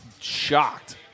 shocked